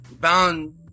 Bound